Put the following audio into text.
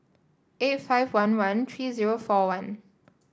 eight five one one three zero four one